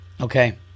Okay